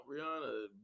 Rihanna